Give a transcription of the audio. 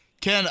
Ken